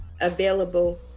available